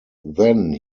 then